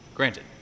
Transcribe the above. Granted